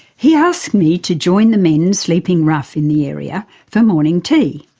he asked me to join the men and sleeping rough in the area for morning tea.